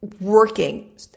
working